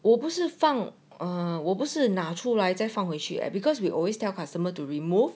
我不是放啊我不是拿出来再放回去 because we always tell customer to remove